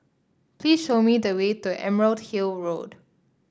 please show me the way to Emerald Hill Road